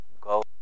go